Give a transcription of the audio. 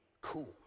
cool